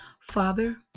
Father